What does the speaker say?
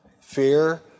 Fear